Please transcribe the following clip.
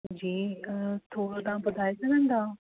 जी हिकु थोरो तव्हां ॿुधाए सघंदाव